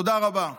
תודה רבה.